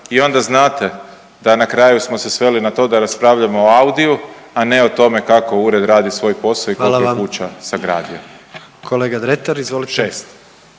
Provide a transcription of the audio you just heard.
i onda znate da na kraju smo se sveli na to da raspravljamo o Audiju, a ne o tome kako ured radi svoj posao i kolko je kuća sagradio, 6. **Jandroković,